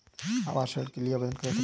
आवास ऋण के लिए आवेदन कैसे करुँ?